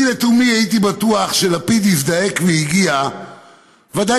אני לתומי הייתי בטוח שלפיד הזדעק והגיע ודאי